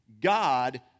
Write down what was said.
God